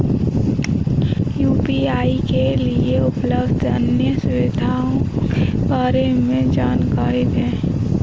UPI के लिए उपलब्ध अन्य सुविधाओं के बारे में जानकारी दें?